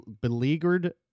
beleaguered